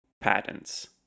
Patents